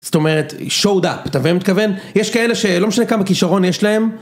זאת אומרת, showed up, אתה מבין למה אני מתכוון? יש כאלה שלא משנה כמה כישרון יש להם.